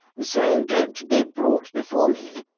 so, don't be brought before me.